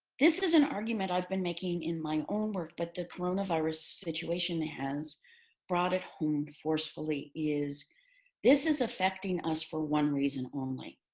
this is an argument i've been making in my own work, but the coronavirus situation has brought it home forcefully is this is affecting us for one reason only.